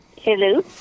Hello